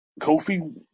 Kofi